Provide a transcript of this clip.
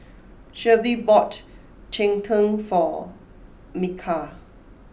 Shelbie bought Cheng Tng for Mikal